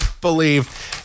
believe